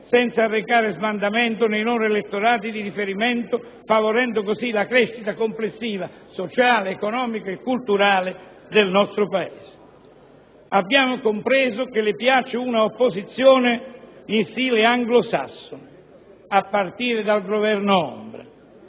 senza arrecare sbandamento nei loro elettorati di riferimento, favorendo così la crescita complessiva, sociale, economica e culturale del nostro Paese. Signor Presidente del Consiglio, abbiamo compreso che le piace un'opposizione in stile anglosassone, a partire dal governo ombra.